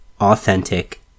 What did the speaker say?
authentic